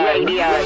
Radio